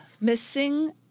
missing